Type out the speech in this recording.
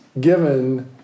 given